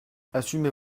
assumez